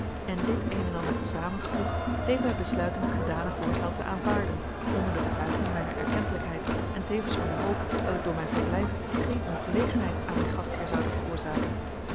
en dit een en ander te zamen gevoegd deed mij besluiten het gedane voorstel te aanvaarden onder de betuiging mijner erkentelijkheid en tevens van de hoop dat ik door mijn verblijf geen ongelegenheid aan mijn gastheer zoude veroorzaken